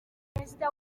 perezida